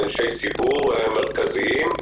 אנשי ציבור מרכזיים.